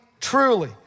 truly